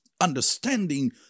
understanding